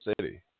city